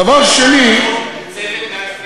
אני מציע לך לקרוא את המלצות "צוות 120 הימים" דבר שני,